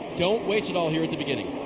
don't waste it all here at the beginning.